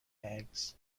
eggs